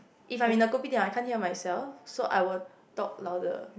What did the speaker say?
if I'm the kopitiam I can't hear myself so I will talk louder